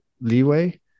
leeway